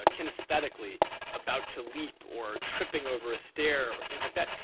ah kinesthetically about to leap or tripping over a stair or things like that.